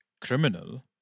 criminal